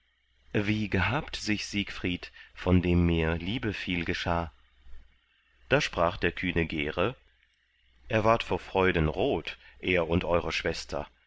wie gehabt sich siegfried von dem mir liebe viel geschah da sprach der kühne gere er ward vor freuden rot er und eure schwester